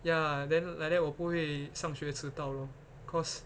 ya then like that 我不会上学迟到 lor because